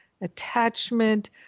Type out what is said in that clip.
attachment